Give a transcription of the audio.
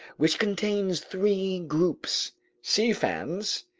which contains three groups sea fans,